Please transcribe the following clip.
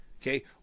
Okay